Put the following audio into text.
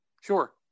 Sure